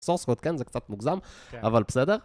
source code, כן, זה קצת מוגזם, אבל בסדר.